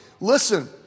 Listen